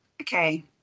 Okay